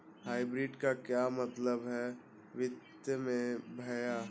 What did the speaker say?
Hybrid का क्या मतलब है वित्तीय में भैया?